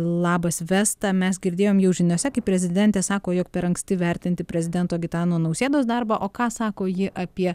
labas vesta mes girdėjom jau žiniose kaip prezidentė sako jog per anksti vertinti prezidento gitano nausėdos darbą o ką sako ji apie